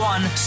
One